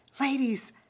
Ladies